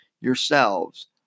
yourselves